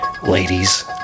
Ladies